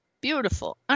Beautiful